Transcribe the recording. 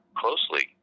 closely